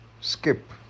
skip